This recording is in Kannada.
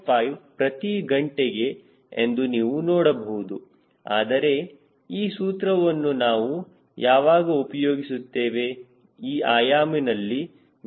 5 ಪ್ರತಿ ಗಂಟೆಗೆ ಎಂದು ನೀವು ನೋಡಬಹುದು ಆದರೆ ಈ ಸೂತ್ರವನ್ನು ನಾವು ಯಾವಾಗ ಉಪಯೋಗಿಸುತ್ತೇವೆ ಈ ಆಯಾಮನಲ್ಲಿ ನಾವು ಸ್ಥಿರತೆಯನ್ನು ನೋಡಬೇಕು